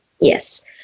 Yes